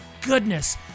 goodness